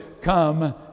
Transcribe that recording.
come